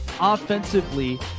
offensively